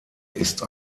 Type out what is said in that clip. ist